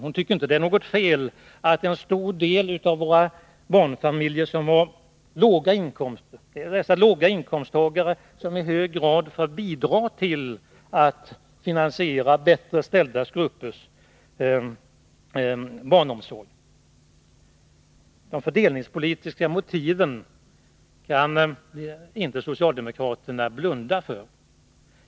Hon tycker inte att det är fel att det är barnfamiljer med låga inkomster som i hög grad får bidra till att finansiera bättre ställda gruppers barnomsorg. De fördelningspolitiska motiven kan socialdemokraterna inte blunda för.